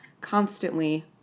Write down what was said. constantly